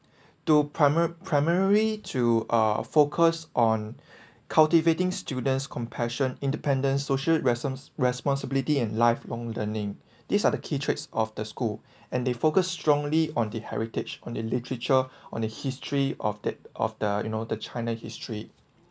to prima~ primary to uh focus on cultivating students compassion independence social ransoms responsibility and lifelong learning these are the key traits of the school and they focused strongly on the heritage on the literature on the history of the of the you know the china history